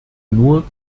nur